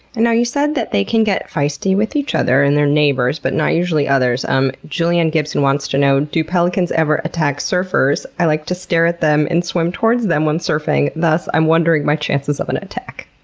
now, you said that they can get feisty with each other and their neighbors, but, not usually others. um julianne gibson wants to know do pelicans ever attack surfers? i like to stare at them and swim towards them when surfing, thus, i'm wondering my chances of an attack.